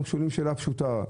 אנחנו שואלים שאלה פשוטה: